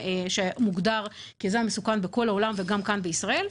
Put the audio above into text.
שמוגדר כזן מסוכן בכל העולם וגם כאן בישראל.